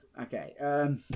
Okay